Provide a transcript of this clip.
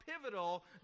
pivotal